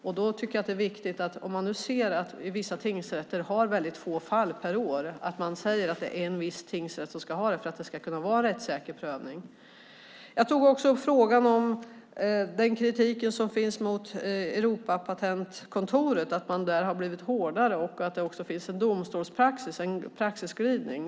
Jag tycker att det är viktigt, om man nu ser att vissa tingsrätter har väldigt få fall per år, att man säger att det är en viss tingsrätt som ska ha de här målen för att det ska kunna vara en rättssäker prövning. Jag tog också upp frågan om den kritik som finns mot Europapatentkontoret, att man där har blivit hårdare och att det också finns en praxisskrivning.